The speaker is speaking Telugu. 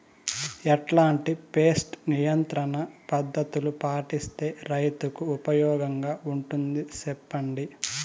ఎట్లాంటి పెస్ట్ నియంత్రణ పద్ధతులు పాటిస్తే, రైతుకు ఉపయోగంగా ఉంటుంది సెప్పండి?